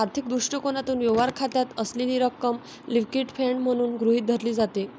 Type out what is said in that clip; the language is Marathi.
आर्थिक दृष्टिकोनातून, व्यवहार खात्यात असलेली रक्कम लिक्विड फंड म्हणून गृहीत धरली जाते